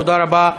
תודה רבה.